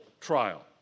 trial